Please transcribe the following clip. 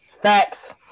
Facts